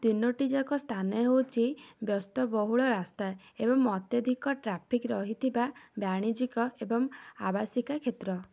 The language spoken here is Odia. ତିନୋଟି ଯାକ ସ୍ଥାନ ହେଉଛି ବ୍ୟସ୍ତ ବହୁଳ ରାସ୍ତା ଏବଂ ଅତ୍ୟଧିକ ଟ୍ରାଫିକ୍ ରହିଥିବା ବାଣିଜ୍ୟିକ ଏବଂ ଆବାସିକ କ୍ଷେତ୍ର